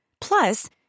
Plus